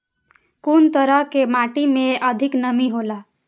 कुन तरह के माटी में अधिक नमी हौला?